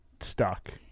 stuck